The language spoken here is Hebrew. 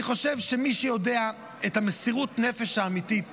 אני חושב שמי שיודע את מסירות הנפש האמיתית